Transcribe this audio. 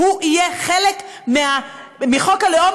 זה יהיה חלק מחוק הלאום,